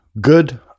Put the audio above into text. good